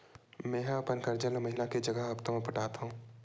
मेंहा अपन कर्जा ला महीना के जगह हप्ता मा पटात हव